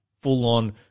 full-on